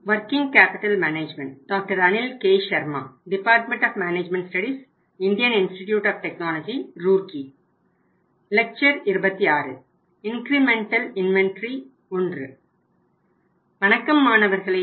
வணக்கம் மாணவர்களே